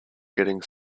getting